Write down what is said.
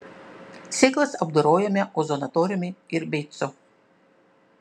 sėklas apdorojome ozonatoriumi ir beicu